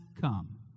come